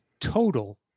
total